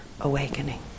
awakening